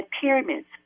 pyramids